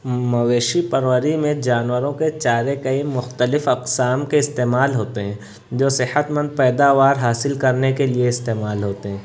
مویشی پروری میں جانورں کے چارے کئی مختلف اقسام کے استعمال ہوتے ہیں جو صحت مند پیداوار حاصل کرنے کے لیے استعمال ہوتے ہیں